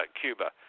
Cuba